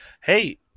Hey